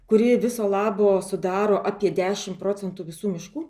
kuri viso labo sudaro apie dešim procentų visų miškų